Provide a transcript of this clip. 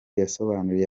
yasobanuriye